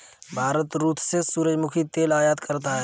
भारत रूस से सूरजमुखी तेल आयात करता हैं